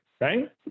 right